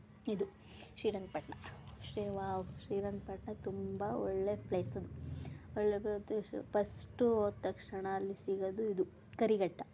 ಇದು ಶೀರಂಗಪಟ್ನ ಶ್ರೀ ವಾವ್ ಶ್ರೀರಂಗಪಟ್ನ ತುಂಬ ಒಳ್ಳೆ ಪ್ಲೇಸದು ಒಳ್ಳೆ ಪ್ರದೇಶ ಪಸ್ಟು ಹೋದ್ ತಕ್ಷಣ ಅಲ್ಲಿ ಸಿಗೋದು ಇದು ಕರಿಘಟ್ಟ